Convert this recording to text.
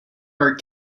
our